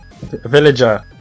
Villager